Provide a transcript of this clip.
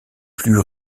plus